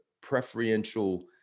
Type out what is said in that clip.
preferential